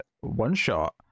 one-shot